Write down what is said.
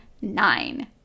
nine